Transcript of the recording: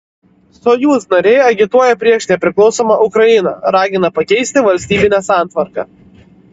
sojuz nariai agituoja prieš nepriklausomą ukrainą ragina pakeisti valstybinę santvarką